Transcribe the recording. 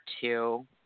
two